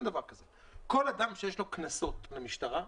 כל אדם שיש לו קנסות במשטרה,